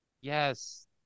Yes